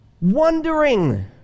wondering